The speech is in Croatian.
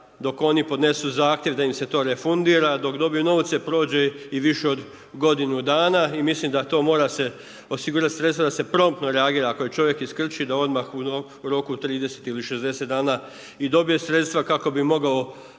dok oni podnesu zahtjev da im se to refundira, dok dobiju novce, prođe i više od godinu dana i mislim da to mora se osigurati sredstva da se promptno reagira, ako je čovjek iskrčio, da odmah u roku 30 ili 60 dana i dobije sredstva kako bi mogao